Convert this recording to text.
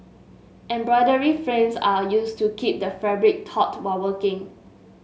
embroidery frames are used to keep the fabric taut while working